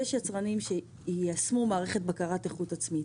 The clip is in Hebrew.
יש יצרנים שיישמו מערכת בקרת איכות עצמית,